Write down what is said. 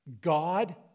God